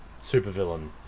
supervillain